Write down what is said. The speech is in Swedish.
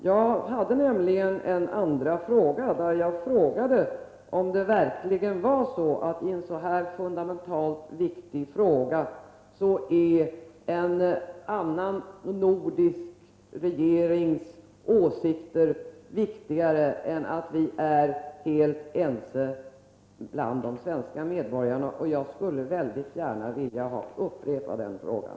Jag ställde en andra fråga, där jag undrade om det i en sådan här fundamental fråga verkligen är viktigare vad en annan nordisk regering har för åsikter än att de svenska medborgarna är helt ense. Jag skulle väldigt gärna vilja upprepa den frågan.